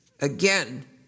again